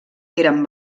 eren